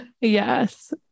Yes